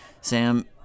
Sam